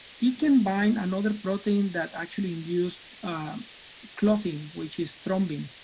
yeah can bind another protein that actually induced clotting which is thrombin,